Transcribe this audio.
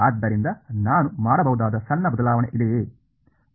ಆದ್ದರಿಂದ ನಾನು ಮಾಡಬಹುದಾದ ಸಣ್ಣ ಬದಲಾವಣೆ ಇದೆಯೇ